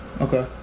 okay